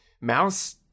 mouse